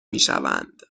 میشوند